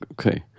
Okay